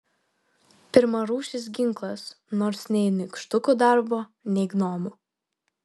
pirmarūšis ginklas nors nei nykštukų darbo nei gnomų